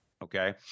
Okay